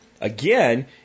again